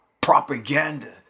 propaganda